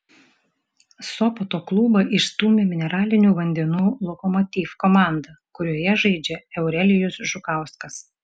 sopoto klubą išstūmė mineralinių vandenų lokomotiv komanda kurioje žaidžia eurelijus žukauskas